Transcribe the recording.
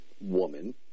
woman